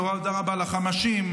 תודה רבה לחמשים,